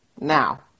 Now